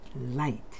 light